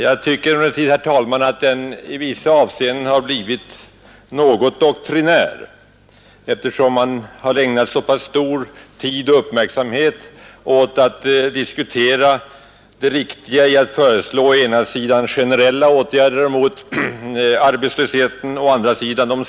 Jag tycker emellertid, herr talman, att den i vissa avseenden har blivit något doktrinär, eftersom man ägnat så mycken tid och så stor uppmärksamhet åt att diskutera huruvida det är riktigast att föreslå generella eller selektiva åtgärder mot arbetslösheten.